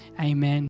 Amen